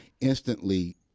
instantly